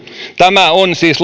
tämä on siis